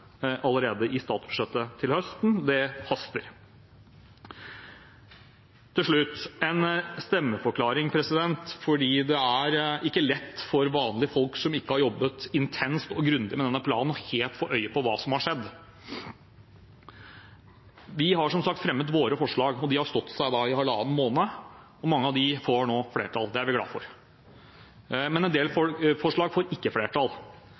allerede i statsbudsjettet til høsten. Det haster. Helt til slutt en stemmeforklaring. Det er ikke lett for vanlige folk som ikke har jobbet intenst og grundig med denne planen, helt å få øye på hva som har skjedd. Vi har som sagt fremmet våre forslag, og de har stått seg i halvannen måned, og mange av dem får nå flertall. Det er vi glad for. Men en del forslag får ikke flertall. Derfor fremmer vi i Arbeiderpartiet romertallsforslag I og V sammen med komiteens flertall.